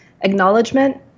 acknowledgement